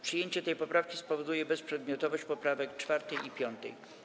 Przyjęcie tej poprawki spowoduje bezprzedmiotowość poprawek 4. i 5.